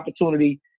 opportunity